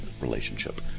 relationship